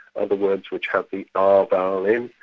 other words which have the r vowel in,